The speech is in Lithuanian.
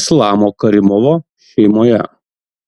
islamo karimovo šeimoje